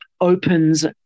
opens